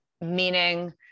Meaning